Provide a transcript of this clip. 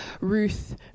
Ruth